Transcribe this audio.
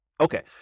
Okay